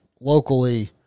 locally